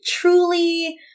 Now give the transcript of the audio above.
truly